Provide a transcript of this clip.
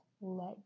let